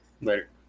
Later